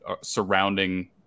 surrounding